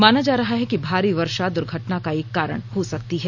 माना जा रहा है कि भारी वर्षा दुर्घटना का एक कारण हो सकती है